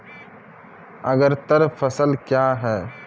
अग्रतर फसल क्या हैं?